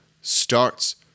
starts